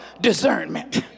discernment